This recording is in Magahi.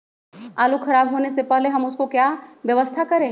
आलू खराब होने से पहले हम उसको क्या व्यवस्था करें?